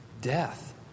Death